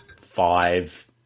five